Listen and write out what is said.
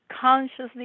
consciously